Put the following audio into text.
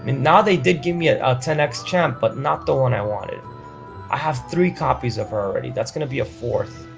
now they did give me ah a ten x champ but not the one i wanted i have three copies of her already. that's gonna be a fourth